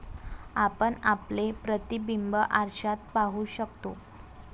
आपण आपले प्रतिबिंब आरशात पाहू शकतो